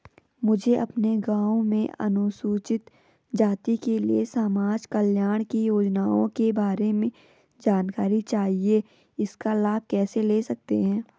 मुझे अपने गाँव में अनुसूचित जाति के लिए समाज कल्याण की योजनाओं के बारे में जानकारी चाहिए इसका लाभ कैसे ले सकते हैं?